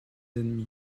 ennemis